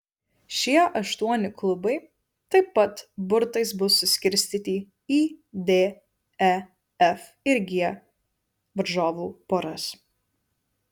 šie aštuoni klubai taip pat burtais bus suskirstyti į d e f ir g varžovų poras